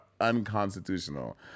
unconstitutional